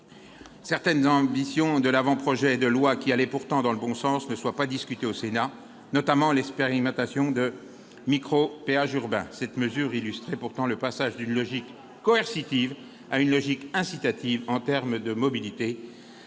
certaines ambitions de l'avant-projet de loi, qui allaient pourtant dans le bon sens, n'aient pas été discutées au Sénat, notamment l'expérimentation de micropéages urbains. Cette mesure illustrait pourtant le passage d'une logique coercitive à une logique incitative en termes de mobilités,